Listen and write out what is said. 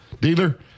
dealer